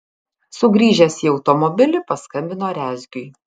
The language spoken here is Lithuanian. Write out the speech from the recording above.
sugrįžęs į automobilį paskambino rezgiui